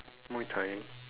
muay-thai